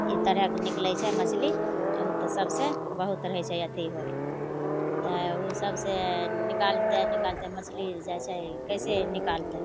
ई तरहेके निकलै छै मछली आब ओ तऽ सबसे बहुत रहै छै अथी होल तऽ ओहि सबसे निकालतै निकालतै मछली जाइ छै कइसे निकालतै